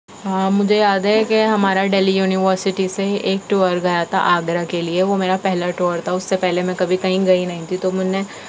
ہاں مجھے یاد ہے کہ ہمارا ڈلہی یونیورسٹی سے ایک ٹور گیا تھا آگرہ کے لئے وہ میرا پہلا ٹور تھا اس سے پہلے میں کبھی کہیں گئی نہیں تھی تو میں نا